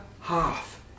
half